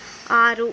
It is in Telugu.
ఆరు